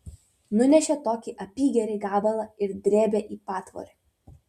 nunešė tokį apygerį gabalą ir drėbė į patvorį